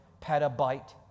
petabyte